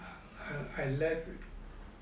I left